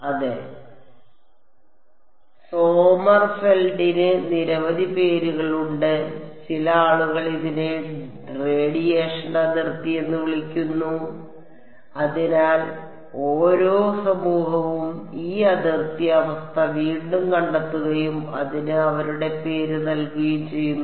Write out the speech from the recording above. അതെ സോമർഫെൽഡിന് നിരവധി പേരുകളുണ്ട് ചില ആളുകൾ ഇതിനെ റേഡിയേഷൻ അതിർത്തി എന്ന് വിളിക്കുന്നു അതിനാൽ ഓരോ സമൂഹവും ഈ അതിർത്തി അവസ്ഥ വീണ്ടും കണ്ടെത്തുകയും അതിന് അവരുടെ പേര് നൽകുകയും ചെയ്യുന്നു